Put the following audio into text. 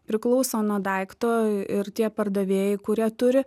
priklauso nuo daikto ir tie pardavėjai kurie turi